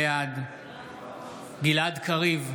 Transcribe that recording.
בעד גלעד קריב,